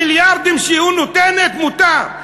המיליארדים שהיא נותנת מותר.